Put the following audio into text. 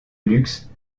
luxe